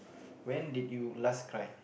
when did you last cry